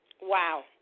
Wow